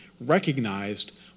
recognized